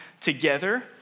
together